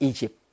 Egypt